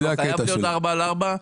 הוא לא חייב להיות ארבע על ארבע.